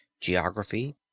geography